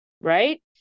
Right